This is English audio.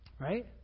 right